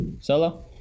Solo